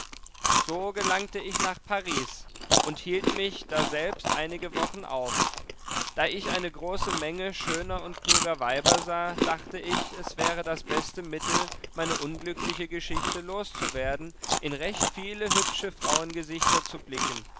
so gelangte ich nach paris und hielt mich daselbst einige wochen auf da ich eine große menge schöner und kluger weiber sah dachte ich es wäre das beste mittel meine unglückliche geschichte loszuwerden in recht viele hübsche frauengesichter zu blicken